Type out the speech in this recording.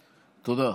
תודה.